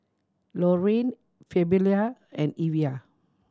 Lorayne Fabiola and Evia